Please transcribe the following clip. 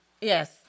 Yes